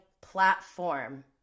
platform